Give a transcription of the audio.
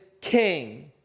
king